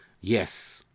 yes